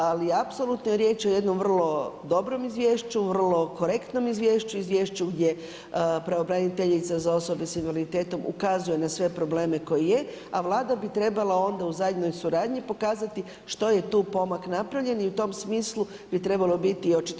Ali apsolutno je riječ jednom vrlo dobro Izvješću, vrlo korektnom Izvješću, Izvješću gdje Pravobraniteljica za osobe s invaliditetom ukazuje na sve probleme koji jesu, a Vlada bi trebala onda u zajedničkoj suradnji pokazati što je tu pomak napravljen i u tom smislu bi trebalo biti i očitovanje Vlade.